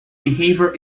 behavior